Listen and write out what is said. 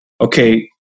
okay